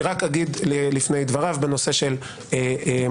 אני רק אגיד לפני דבריו בנושא של הדיונים